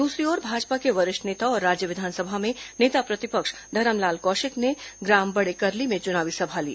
दूसरी ओर भाजपा के वरिष्ठ नेता और राज्य विधानसभा में नेता प्रतिपक्ष धरमलाल कौशिक ने ग्राम बड़े करली में चुनावी सभा ली